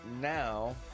Now